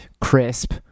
crisp